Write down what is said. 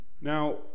Now